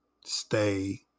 stay